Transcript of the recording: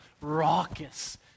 raucous